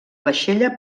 vaixella